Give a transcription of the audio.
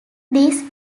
these